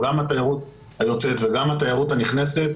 גם התיירות היוצאת וגם התיירות הנכנסת,